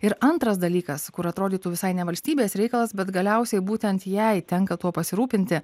ir antras dalykas kur atrodytų visai ne valstybės reikalas bet galiausiai būtent jai tenka tuo pasirūpinti